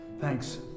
Thanks